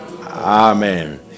Amen